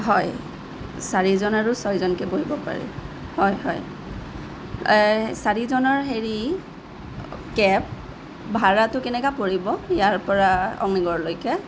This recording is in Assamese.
হয় চাৰিজন আৰু ছয়জনকে বহিব পাৰি হয় হয় এই চাৰিজনৰ হেৰি কেব ভাড়াটো কেনেকৈ পৰিব ইয়াৰ পৰা অগ্নিগড়লৈকে